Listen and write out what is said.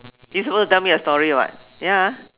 you supposed to tell me a story [what] ya